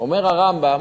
הרמב"ם,